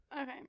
Okay